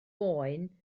boen